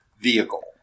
vehicle